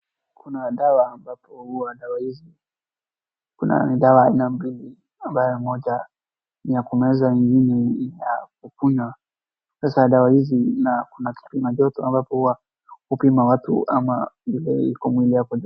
Kuna dawa ambapo huwa dawa hizi. Kuna ni dawa aina mbili ambayo moja ni ya kumeza ingine ni ya kukunywa. Sasa dawa hizi na kuna kipima joto ambapo huwa hupima watu ama vile iko mwili yako joto.